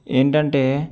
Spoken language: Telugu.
ఏంటంటే